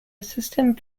assistant